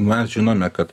mes žinome kad